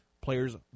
players